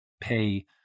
pay